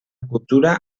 cultura